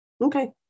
Okay